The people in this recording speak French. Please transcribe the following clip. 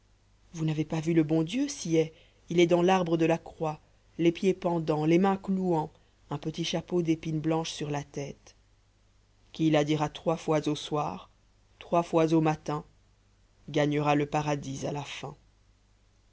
vous n'avez pas vu le bon dieu si est il est dans l'arbre de la croix les pieds pendants les mains clouants un petit chapeau d'épine blanche sur la tête qui la dira trois fois au soir trois fois au matin gagnera le paradis à la fin